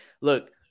Look